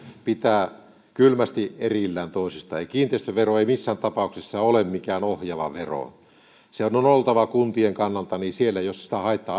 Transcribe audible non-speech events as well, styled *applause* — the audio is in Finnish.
pitää kylmästi erillään toisistaan kiinteistövero ei missään tapauksessa ole mikään ohjaava vero senhän on oltava kuntien kannalta niin että siellä jos haittaa *unintelligible*